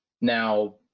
Now